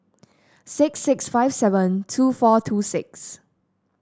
six six five seven two four two six